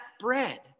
bread